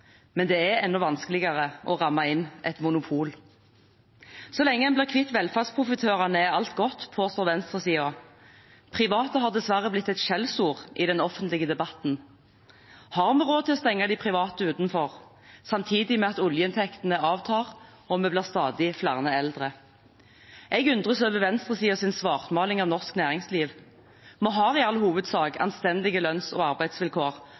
men det er enda vanskeligere å ramme inn et monopol. Så lenge man blir kvitt velferdsprofitørene, er alt godt, påstår venstresiden. «Private» har dessverre blitt et skjellsord i den offentlige debatten. Har vi råd til å stenge de private ute, samtidig med at oljeinntektene avtar og vi blir stadig flere eldre? Jeg undres over venstresidens svartmaling av norsk næringsliv. Vi har i all hovedsak anstendige lønns- og arbeidsvilkår